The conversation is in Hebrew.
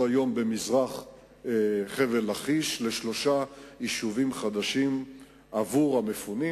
היום במזרח חבל-לכיש לשלושה יישובים חדשים עבור המפונים.